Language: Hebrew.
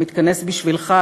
מתכנס בשבילך,